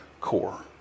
core